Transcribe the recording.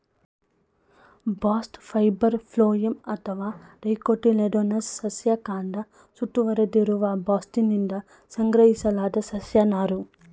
bast fibre phloem ಅಥವಾ dicotyledonous ಸಸ್ಯ ಕಾಂಡ ಸುತ್ತುವರೆದಿರುವ ಬಾಸ್ಟ್ನಿಂದ ಸಂಗ್ರಹಿಸಲಾದ ಸಸ್ಯ ನಾರು